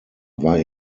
war